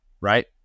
Right